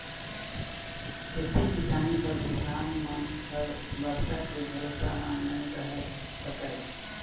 खेती किसानी बर किसान मन ह बरसा के भरोसा म नइ रह सकय